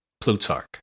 Plutarch